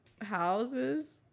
houses